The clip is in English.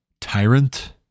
tyrant